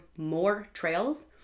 MORETRAILS